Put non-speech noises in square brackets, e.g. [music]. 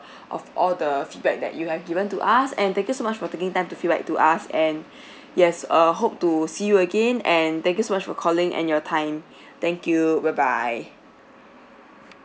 [breath] of all the feedback that you have given to us and thank you so much for taking time to feedback to us and [breath] yes uh hope to see you again and thank you so much for calling and your time thank you bye bye